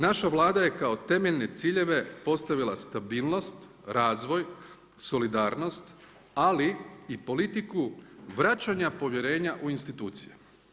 Naša Vlada je kao temeljne ciljeve postavila stabilnost, razvoj, solidarnost, ali i politiku vraćanja povjerenja u instituciju.